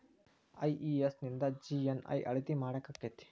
IES ನಿಂದ GNI ಅಳತಿ ಮಾಡಾಕಕ್ಕೆತಿ?